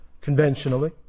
conventionally